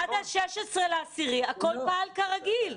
עד ה-16 באוקטובר הכול פעל כרגיל.